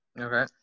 Okay